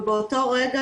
ובאותו רגע,